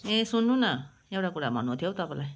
ए सुन्नु न एउटा कुरा भन्नु थियो हौ तपाईँलाई